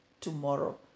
tomorrow